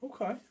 okay